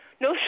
no